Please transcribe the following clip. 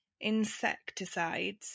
insecticides